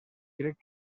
crec